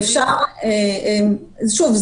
אם תוכלי להגיד כמה.